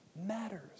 matters